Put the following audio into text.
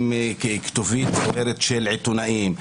עם כתובית של עיתונאים.